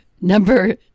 number